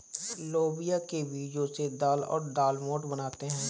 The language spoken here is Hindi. लोबिया के बीजो से दाल और दालमोट बनाते है